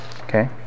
Okay